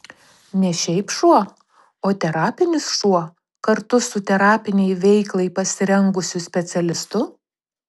ne šiaip šuo o terapinis šuo kartu su terapinei veiklai pasirengusiu specialistu